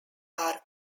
are